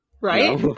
Right